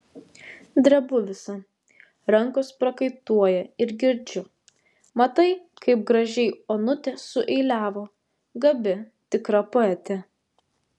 drebu visa rankos prakaituoja ir girdžiu matai kaip gražiai onutė sueiliavo gabi tikra poetė